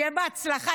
שיהיה בהצלחה.